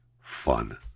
fun